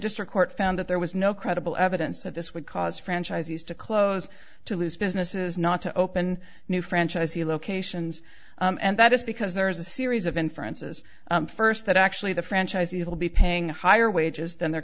district court found that there was no credible evidence that this would cause franchisees to close to loose businesses not to open new franchise he locations and that is because there is a series of inferences first that actually the franchisee will be paying higher wages than their